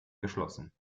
geschlossen